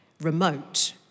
remote